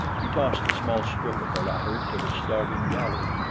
he tossed a small strip of the latter to the starving galu.